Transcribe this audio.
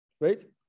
right